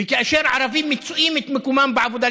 וכאשר ערבים מוצאים את מקומם בעבודה,